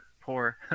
poor